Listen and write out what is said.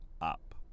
up